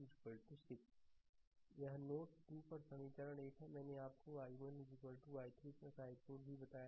slide समय देखें 2831 यह नोड 2 पर समीकरण 1 है मैंने आपको i1 i3 i4 भी बताया था